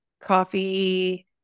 coffee